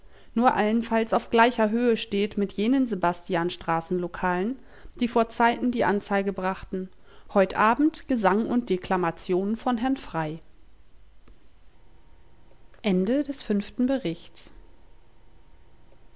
nur allenfalls auf gleicher höhe steht mit jenen sebastiansstraßen lokalen die vor zeiten die anzeige brachten heut abend gesang und deklamation von herrn